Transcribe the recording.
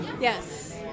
Yes